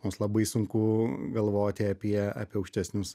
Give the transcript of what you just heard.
mums labai sunku galvoti apie apie aukštesnius